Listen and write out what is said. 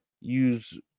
use